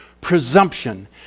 presumption